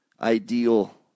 ideal